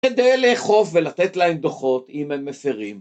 כדי לאכוף ולתת להם דוחות אם הם מפרים.